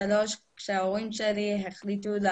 ההורים שלי החליטו,